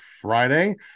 Friday